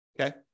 Okay